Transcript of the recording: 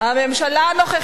הממשלה הנוכחית,